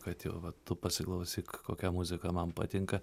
kad jau va tu pasiklausyk kokia muzika man patinka